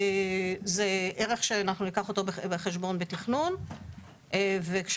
זה ערך שאנחנו ניקח אותו בחשבון בתכנון וכשאנחנו